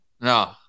No